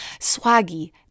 swaggy